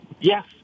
yes